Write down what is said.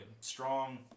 strong